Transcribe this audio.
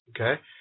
Okay